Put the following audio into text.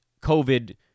COVID